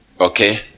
okay